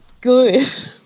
good